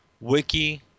wiki